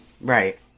Right